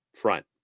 front